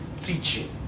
Teaching